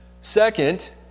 Second